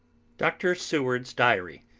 dr. seward's diary.